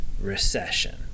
recession